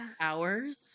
hours